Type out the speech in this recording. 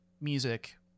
music